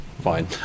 Fine